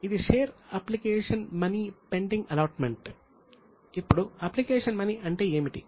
ఇది share application money pending allotment అంటే ఏమిటి